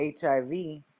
HIV